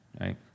right